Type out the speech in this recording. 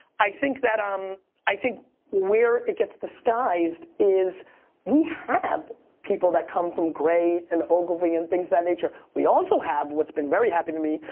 i think that, um i think where it gets disguised is we have people that come from gray and ogilvy and things of that nature. we also have, what's been very happy to me,